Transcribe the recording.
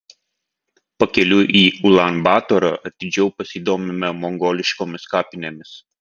pakeliui į ulan batorą atidžiau pasidomime mongoliškomis kapinėmis